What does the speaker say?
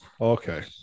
Okay